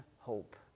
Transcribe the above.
hope